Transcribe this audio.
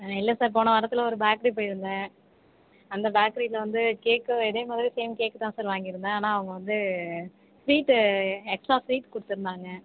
இல்லை சார் போன வாரத்தில் ஒரு பேக்கரி போயிருந்தேன் அந்த பேக்கரியில வந்து கேக்கு இதே மாதிரி சேம் கேக்குதான் சார் வாங்கிருந்தேன் ஆனால் அவங்க வந்து ஸ்வீட்டு எக்ஸ்ட்ரா ஸ்வீட் கொடுத்துருந்தாங்க